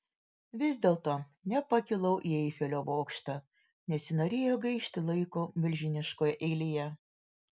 vis dėlto nepakilau į eifelio bokštą nesinorėjo gaišti laiko milžiniškoje eilėje